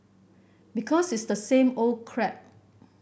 because it's the same old crap